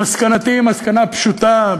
שמסקנתי היא מסקנה פשוטה.